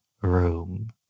room